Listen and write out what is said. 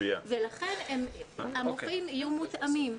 לכן המופעים יהיו מותאמים.